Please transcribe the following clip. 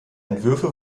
entwürfe